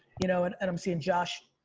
you know and and i'm seeing josh,